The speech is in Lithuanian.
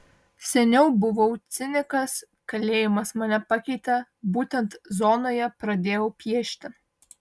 seniau buvau cinikas kalėjimas mane pakeitė būtent zonoje pradėjau piešti